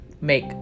make